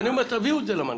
תביאו את זה למנכ"ל.